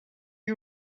you